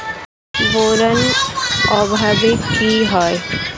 Boron অভাবে কি হয়?